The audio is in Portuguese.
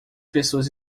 pessoas